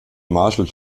marshall